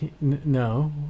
No